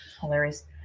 Hilarious